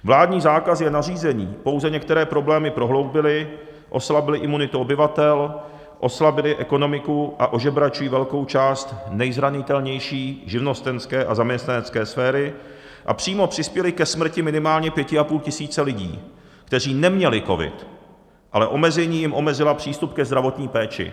Vládní zákazy a nařízení pouze některé problémy prohloubily, oslabily imunitu obyvatel, oslabily ekonomiku a ožebračují velkou část nejzranitelnější živnostenské a zaměstnanecké sféry a přímo přispěly ke smrti minimálně pěti a půl tisíce lidí, kteří neměli covid, ale omezení jim omezila přístup ke zdravotní péči.